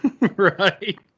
Right